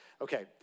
Okay